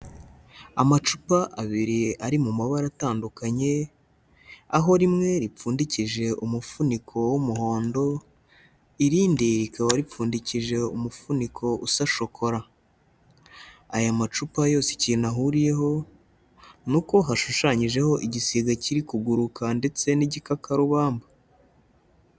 Amacupa abiri ari mu mabara atandukanye aho rimwe ripfundikije umufuniko w'umuhondo, irindi rikaba ripfundiki umufuniko usa shokora, aya macupa yose ikintu ahuriyeho ni uko hashushanyijeho igisiga kiri kuguruka ndetse n'igikakarubamba.